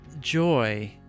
joy